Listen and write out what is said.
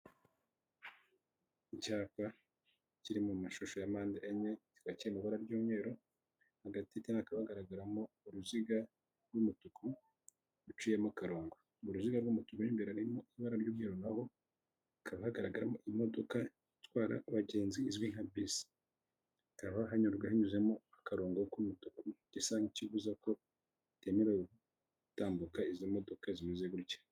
Icyapa kiri mu mashusho ya mpande enye, kikaba kiri mu ibara ry'umweru, hagati hakaba hagaragaramo uruziga rw'umutuku, ruciyemo karongo, mu ruziga rw'umutuku mo imbere harimo ibara ry'umweru naho, hakaba hagaragaramo imodoka itwara abagenzi izwi nka bisi, hakaba hanyuzemo akarongo k'umutuku, gisa nk'ikibuza ko bitemerewe gutambuka izi modoka zimeze gutya.